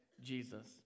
Jesus